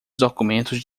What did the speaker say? documentos